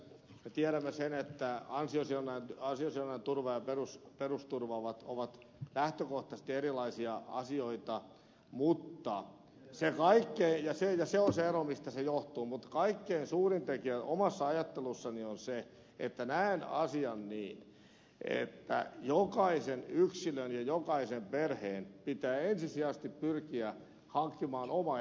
me tiedämme sen että ansio sidonnainen turva ja perusturva ovat lähtökohtaisesti erilaisia asioita ja se on se ero mistä se johtuu mutta kaikkein suurin tekijä omassa ajattelussani on se että näen asian niin että jokaisen yksilön ja jokaisen perheen pitää ensisijaisesti pyrkiä hankkimaan oma elantonsa